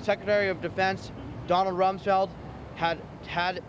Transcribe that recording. secretary of defense donald rumsfeld has had